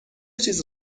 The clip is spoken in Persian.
چیز